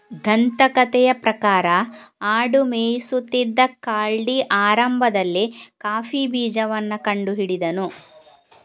ದಂತಕಥೆಯ ಪ್ರಕಾರ ಆಡು ಮೇಯಿಸುತ್ತಿದ್ದ ಕಾಲ್ಡಿ ಆರಂಭದಲ್ಲಿ ಕಾಫಿ ಬೀಜವನ್ನ ಕಂಡು ಹಿಡಿದನು